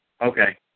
Okay